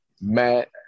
Matt